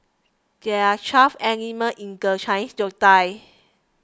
there are twelve animals in the Chinese zodiac